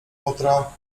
potra